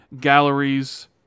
galleries